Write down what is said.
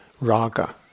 raga